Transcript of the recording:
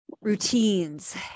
routines